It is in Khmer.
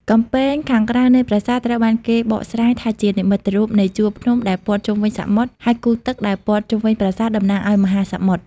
កំពែងខាងក្រៅនៃប្រាសាទ ត្រូវបានគេបកស្រាយថាជានិមិត្តរូបនៃជួរភ្នំដែលព័ទ្ធជុំវិញសមុទ្រ ហើយគូទឹកដែលព័ទ្ធជុំវិញប្រាសាទតំណាងឱ្យមហាសមុទ្រ។